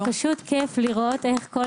להלן תרגומם:) זה פשוט כיף לראות איך כל